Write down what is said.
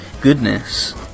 goodness